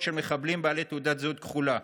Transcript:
של מחבלים בעלי תעודת זהות כחולה.